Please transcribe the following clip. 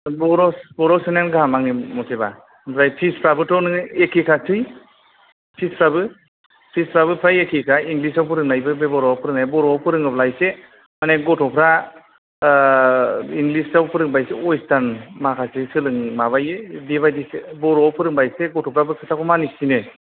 बर' बर' सोनायानो गाहाम आंनि मथेबा ओमफ्राय फिसफ्राबोथ' नोङो एखे खासै फिसफ्राबो फिसफ्राबो फ्राय एखे खा इंग्लिसाव फोरोंनायबो बे बर'आव फोरोंनायबो बर'आव फोरोङोब्ला एसे मानि गथ'फ्रा इंग्लिसाव फोरोंब्ला एसे वेस्टारन माखासे सोलोंनो माबायो बेबायदिसो बर'आव फोरोंबा एसे गथ'फ्राबो खोथाखौ मिनिसिनो